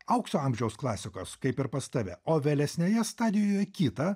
aukso amžiaus klasikos kaip ir pas tave o vėlesnėje stadijoje kitą